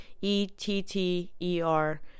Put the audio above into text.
E-T-T-E-R